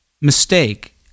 mistake